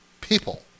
people